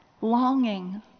longing